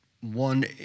one